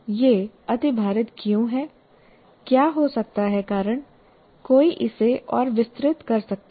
यह अतिभारित क्यों है क्या हो सकता है कारण कोई इसे और विस्तृत कर सकता है